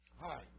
Hi